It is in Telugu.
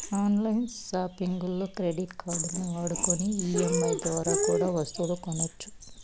ఆన్ లైను సాపింగుల్లో కెడిట్ కార్డుల్ని వాడుకొని ఈ.ఎం.ఐ దోరా కూడా ఒస్తువులు కొనొచ్చు